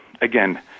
again